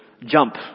jump